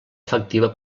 efectiva